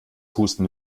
husten